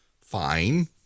Fine